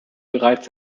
bereits